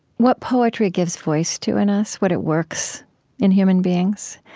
what poetry gives voice to in us, what it works in human beings.